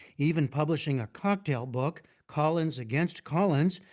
even publishing a cocktail book, collins against collins,